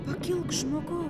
pakilk žmogau